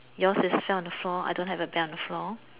yours is sit on the floor I don't have to bed on the floor